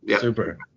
Super